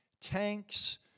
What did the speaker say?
tanks